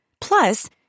Plus